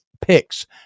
picks